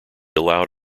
allowed